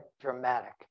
dramatic